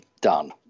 done